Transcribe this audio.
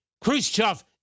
Khrushchev